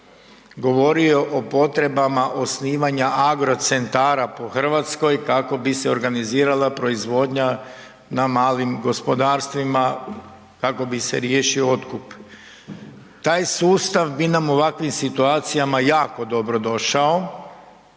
govorio o potrebama osnivanja agrocentara po Hrvatskoj kako bi se organizirala proizvodnja na malim gospodarstvima, kako bi se riješio otkup. Taj sustav bi nam u ovakvim situacijama jako dobro došao